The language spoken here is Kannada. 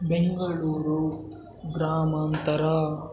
ಬೆಂಗಳೂರು ಗ್ರಾಮಾಂತರ